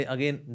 Again